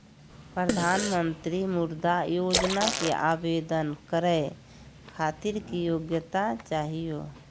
प्रधानमंत्री मुद्रा योजना के आवेदन करै खातिर की योग्यता चाहियो?